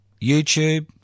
YouTube